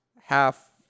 half